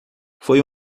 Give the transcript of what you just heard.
foi